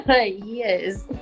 yes